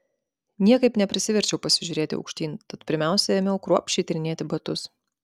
niekaip neprisiverčiau pasižiūrėti aukštyn tad pirmiausia ėmiau kruopščiai tyrinėti batus